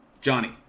Johnny